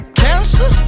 cancer